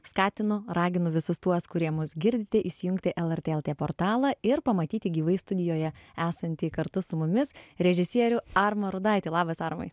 skatinu raginu visus tuos kurie mus girdi įsijungti lrt lt portalą ir pamatyti gyvai studijoje esantį kartu su mumis režisierių armą rudaitį labas armai